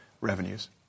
revenues